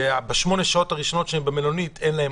שבשמונה השעות הראשונות שהם במלונית אין להם